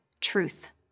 truth